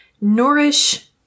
nourish